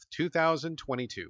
2022